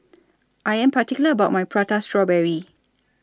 I Am particular about My Prata Strawberry